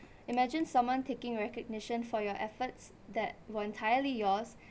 imagine someone taking recognition for your efforts that were entirely yours